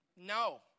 no